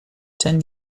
ten